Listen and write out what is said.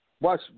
Watch